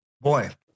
boy